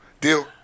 Deal